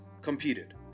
competed